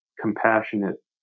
compassionate